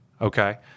Okay